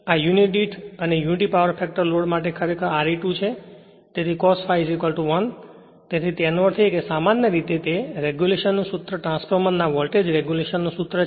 આ યુનિટ દીઠ અને યુનિટી પાવર ફેક્ટર લોડ માટે ખરેખર R e 2 છે તેથી cos ∅ 1 તેથી તેનો અર્થ એ છે કે સામાન્ય રીતે તે રેગ્યુલેશન નું સૂત્ર ટ્રાન્સફોર્મર ના વોલ્ટેજ રેગ્યુલેશન નું સૂત્ર છે